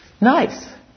nice